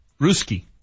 Ruski